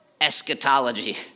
eschatology